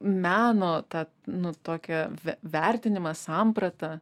meno tą nu tokią ve vertinimą sampratą